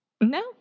No